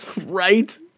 right